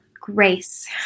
grace